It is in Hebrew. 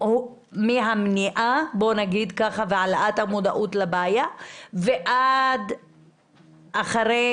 המניעה והעלאת המודעות לבעיה ועד אחרי